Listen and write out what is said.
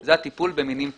זה הטיפול במינים פולשים,